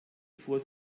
fuhr